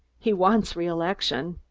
he wants reelection.